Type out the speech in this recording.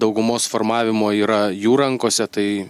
daugumos formavimo yra jų rankose tai